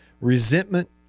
resentment